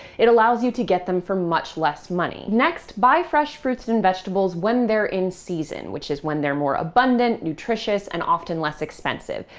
it allows you to get them for much less money. next, buy fresh fruits and vegetables when they're in season, which is when they're more abundant, nutritious, and often less expensive.